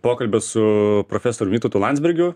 pokalbio su profesorium vytautu landsbergiu